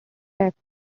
fact